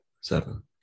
seven